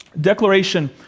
declaration